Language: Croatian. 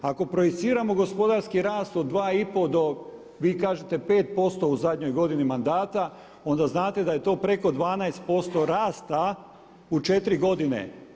Ako projiciramo gospodarski rast od 2 i pol vi kažete 5% u zadnjoj godini mandata, onda znate da je to preko 12% rasta u četiri godine.